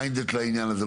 מכוון לעניין הזה.